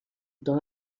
dans